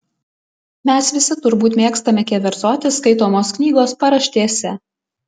mes visi turbūt mėgstame keverzoti skaitomos knygos paraštėse